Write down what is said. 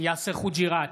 יאסר חוג'יראת,